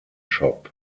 shop